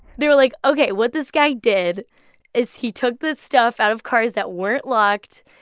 they were like, ok, what this guy did is he took this stuff out of cars that weren't locked,